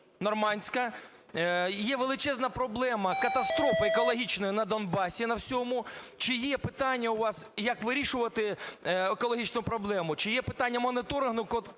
нормандська. Є величезна проблема катастрофи екологічної на Донбасі на всьому. Чи є питання у вас, як вирішувати екологічну проблему, чи є питання моніторингу